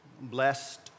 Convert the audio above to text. blessed